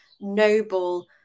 noble